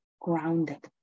grounded